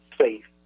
safe